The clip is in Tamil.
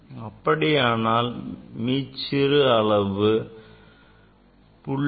அப்படியானால் இதன் மீச்சிறு அளவு 0